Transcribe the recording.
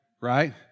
right